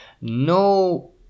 no